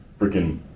freaking